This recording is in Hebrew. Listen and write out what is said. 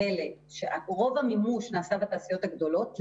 רוב המימוש נעשה בתעשיות הגדולות,